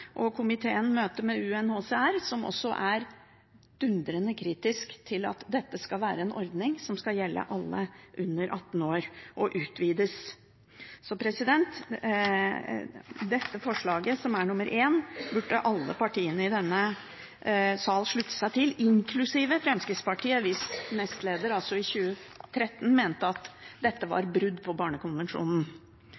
og komiteen møte med UNHCR, som også er dundrende kritisk til at dette skal være en ordning som skal gjelde alle under 18 år, og utvides. Så dette forslaget, som er nr. 1, burde alle partiene i denne sal slutte seg til, inklusiv Fremskrittspartiet, hvis nestleder i 2013 mente at dette var